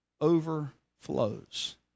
overflows